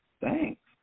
Thanks